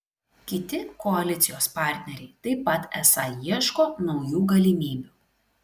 kiti koalicijos partneriai taip pat esą ieško naujų galimybių